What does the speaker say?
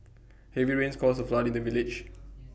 heavy rains caused A flood in the village